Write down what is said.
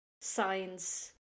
signs